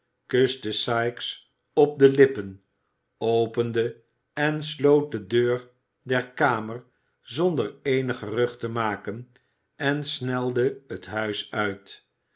kuste sikes op de lippen opende en sloot de deur der kamer zonder eenig gerucht te maken en snelde het huis uit